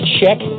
check